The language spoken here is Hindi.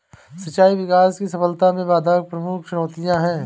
सिंचाई विकास की सफलता में बाधक प्रमुख चुनौतियाँ है